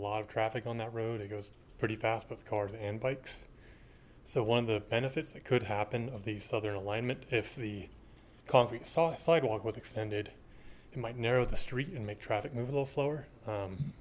lot of traffic on that road it goes pretty fast both cars and bikes so one of the benefits it could happen of the southern alignment if the concrete saw a sidewalk was extended it might narrow the street and make traffic move a little slower